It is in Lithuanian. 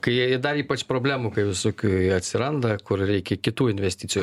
kai jie ir dar ypač problemų kai visokių atsiranda kur reikia kitų investicijų